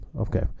okay